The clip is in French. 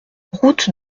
route